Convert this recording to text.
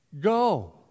Go